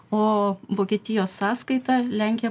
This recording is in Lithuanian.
o vokietijos sąskaita lenkija